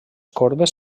corbes